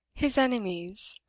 his enemies,